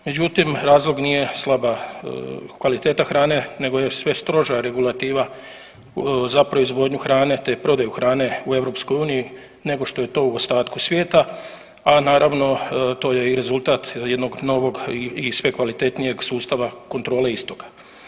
Međutim, razlog nije slaba kvaliteta hrane, nego sve stroža regulativa za proizvodnju hrane, te prodaju hrane u EU nego što je to u ostatku svijeta a naravno to je i rezultat jednog novog i sve kvalitetnijeg sustava kontrole istoga.